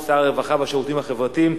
שר הרווחה והשירותים החברתיים,